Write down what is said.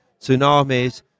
tsunamis